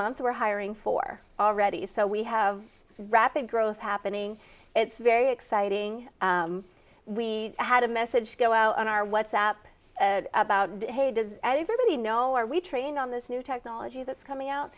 month we're hiring for already so we have rapid growth happening it's very exciting we had a message go out on our what's app about hey does everybody know are we training on this new technology that's coming out